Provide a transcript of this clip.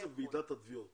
אבל הכסף מוועידת התביעות